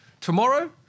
Tomorrow